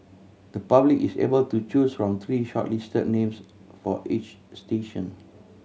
the public is able to choose from three shortlisted names for each station